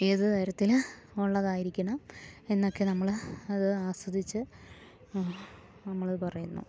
ഏതു തരത്തിൽ ഉള്ളതായിരിക്കണം എന്നൊക്കെ നമ്മൾ അത് ആസ്വദിച്ച് നമ്മൾ പറയുന്നു